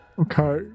Okay